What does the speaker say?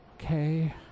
Okay